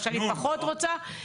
מה שאני פחות רוצה.